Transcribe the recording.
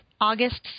August